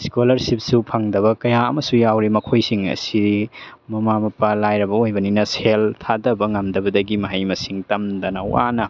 ꯏꯁꯀꯣꯂꯔꯁꯤꯞꯁꯨ ꯐꯪꯗꯕ ꯀꯌꯥ ꯑꯃꯁꯨ ꯌꯥꯎꯔꯤ ꯃꯈꯣꯏꯁꯤꯡ ꯑꯁꯤ ꯃꯃꯥ ꯃꯄꯥ ꯂꯥꯏꯔꯕ ꯑꯣꯏꯕꯅꯤꯅ ꯁꯦꯜ ꯊꯥꯗꯕ ꯉꯝꯗꯕꯗꯒꯤ ꯃꯍꯩ ꯃꯁꯤꯡ ꯇꯝꯗꯅ ꯋꯥꯅ